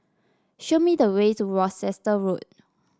show me the way to Worcester Road